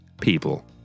people